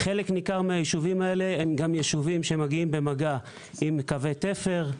חלק ניכר מהישובים האלה הם גם ישובים שמגיעים במגע עם קווי תפר,